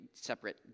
separate